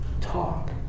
talk